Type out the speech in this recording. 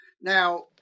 Now